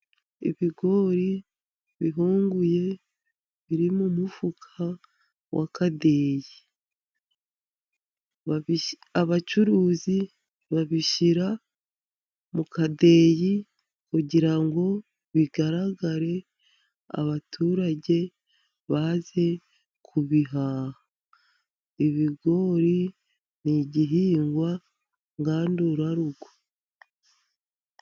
Ibigori bihunguye biri mu mufuka w'akadeyi. Abacuruzi babishyira mu kadeyi kugira ngo bigaragare, abaturage baze kubihaha. Ibigori ni igihingwa ngandurarugo.